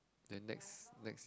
then next next